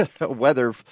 weather